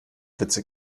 witze